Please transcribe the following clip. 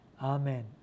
Amen